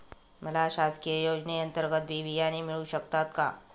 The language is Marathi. मला शासकीय योजने अंतर्गत बी बियाणे मिळू शकतात का?